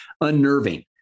unnerving